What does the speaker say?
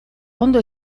ondo